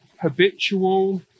habitual